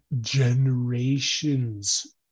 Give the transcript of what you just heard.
generations